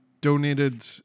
Donated